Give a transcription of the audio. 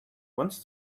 wants